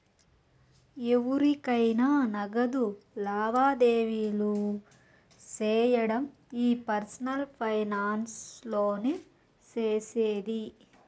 ఎవురికైనా నగదు లావాదేవీలు సేయడం ఈ పర్సనల్ ఫైనాన్స్ లోనే సేసేది